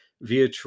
via